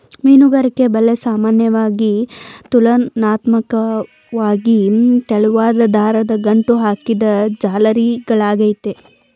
ಮೀನುಗಾರಿಕೆ ಬಲೆ ಸಾಮಾನ್ಯವಾಗಿ ತುಲನಾತ್ಮಕ್ವಾಗಿ ತೆಳುವಾದ್ ದಾರನ ಗಂಟು ಹಾಕಿದ್ ಜಾಲರಿಗಳಾಗಯ್ತೆ